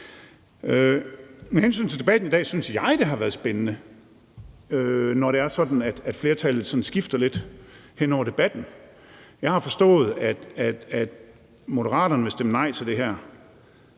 Med hensyn til debatten i dag synes jeg, det har været spændende at se, når flertallet sådan skifter lidt hen over debatten. Jeg har forstået, at Moderaterne vil stemme nej til det her,